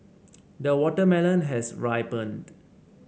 the watermelon has ripened